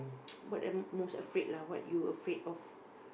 what a~ most afraid lah what you afraid of